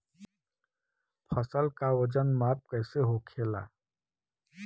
फसल का वजन माप कैसे होखेला?